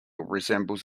resembles